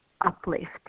uplift